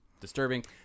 disturbing